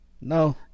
No